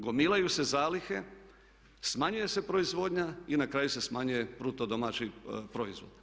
Gomilaju se zalihe, smanjuje se proizvodnja i na kraju se smanjuje bruto domaći proizvod.